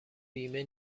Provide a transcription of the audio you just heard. بیمه